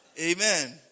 Amen